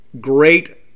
Great